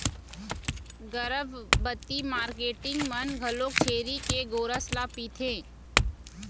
गरभबती मारकेटिंग मन घलोक छेरी के गोरस ल पिथें